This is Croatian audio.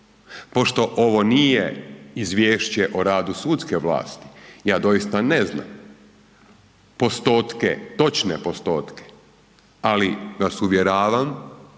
Pošto ovo nije izvješće o radu sudske vlasti, ja doista ne znam postotke, točne postotke ali vas uvjeravam